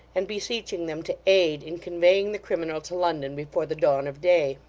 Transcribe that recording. and beseeching them to aid in conveying the criminal to london before the dawn of day.